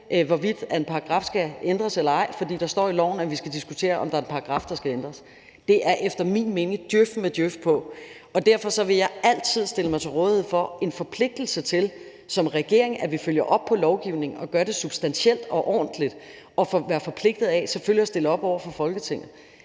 hvorvidt en paragraf skal ændres eller ej, fordi der står i loven, at vi skal diskutere, om der er en paragraf, der skal ændres. Det er efter min mening djøf med djøf på. Derfor vil jeg altid stille mig til rådighed for en forpligtelse til som regering at følge op på lovgivningen og gøre det substantielt og ordentligt og selvfølgelig være forpligtet til at stille op over for Folketinget.